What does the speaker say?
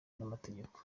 n’amategeko